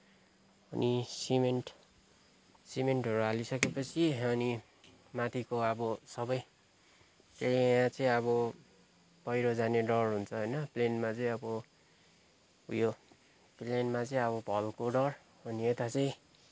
अनि सिमेन्ट सिमेन्टहरू हालिसके पछि अनि माथिको अब सबै यहाँ चाहिँ अब पहिरो जाने डर हुन्छ होइन प्लेनमा चाहिँ अब उयो प्लेनमा चाहिँ अब भलको डर अनि यता चाहिँ